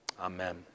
Amen